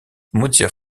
mozilla